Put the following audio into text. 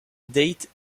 date